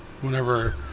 whenever